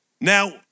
Now